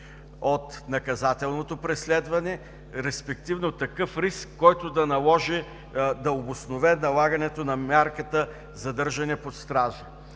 от наказателното преследване, респективно такъв риск, който да наложи да обоснове налагането на мярката „задържане под стража“?